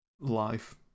Life